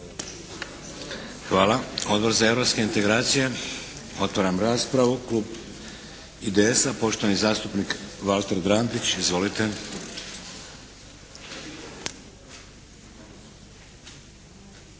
Hvala. Odbor za europske integracije. Otvaram raspravu. Klub IDS-a poštovani zastupnik Valter Drandić. Izvolite.